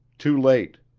too late.